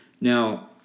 Now